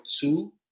two